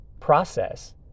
process